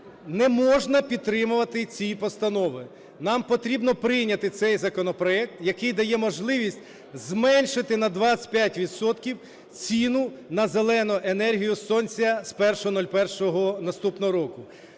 не можна підтримувати ці постанови. Нам потрібно прийняти цей законопроект, який дає можливість зменшити на 25 відсотків ціну на "зелену" енергію сонця з 01.01